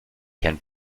can